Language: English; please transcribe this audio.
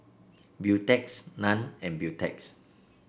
Beautex Nan and Beautex